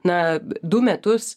na du metus